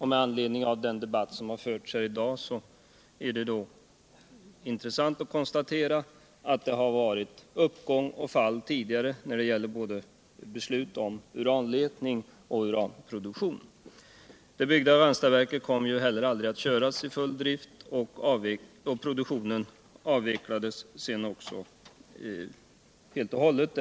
Med anledning av den debatt som har förts här i dag är det intressant att konstatera alt det tidigare varit både uppgång och nedgång beträffande såväl beslut om uranletning som uranproduktion. Det byggda Ranstadsverket kom aldrig att köras i full drift, och den produktion som var upptagen avvecklades helt och hållet.